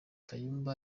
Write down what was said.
kayumba